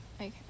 Okay